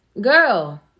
girl